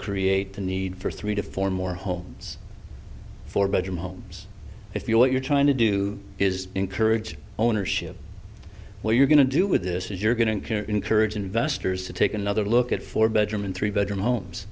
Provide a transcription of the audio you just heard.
create the need for three to four more homes four bedroom homes if you what you're trying to do is encourage ownership where you're going to do with this is you're going to encourage investors to take another look at four bedroom and three bedroom homes